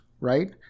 right